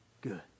good